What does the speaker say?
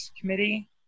committee